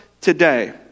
today